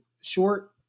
short